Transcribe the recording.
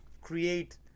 create